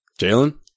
Jalen